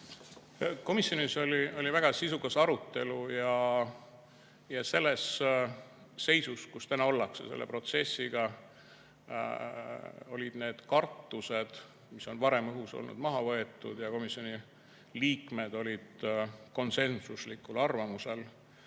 Komisjonis oli väga sisukas arutelu. Selles seisus, kus täna selle protsessiga ollakse, on need kartused, mis on varem õhus olnud, maha võetud. Komisjoni liikmed olid konsensuslikul arvamusel,